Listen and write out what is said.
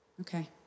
Okay